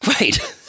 Right